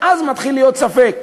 מתחיל להיות ספק.